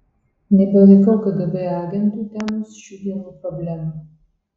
nebelaikau kgb agentų temos šių dienų problema